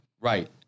Right